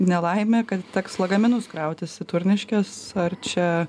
nelaimė kad teks lagaminus krautis į turniškes ar čia